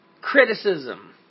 criticism